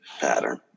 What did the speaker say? pattern